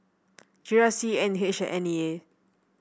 G R C N H N E A